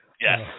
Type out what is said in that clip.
Yes